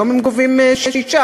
היום הם גובים 6,